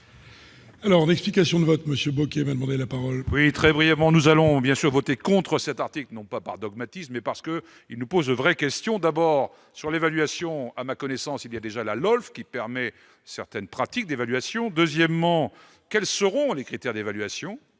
Alors, explication de vote Monsieur Bocquet la parole. Oui, très brièvement, nous allons bien sûr voter contre cet article non pas par dogmatisme et parce que il nous pose de vraies questions, d'abord sur l'évaluation, à ma connaissance, il y a déjà la LOLF qui permet certaines pratiques d'évaluation, deuxièmement, quels seront les critères d'évaluation